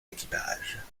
équipages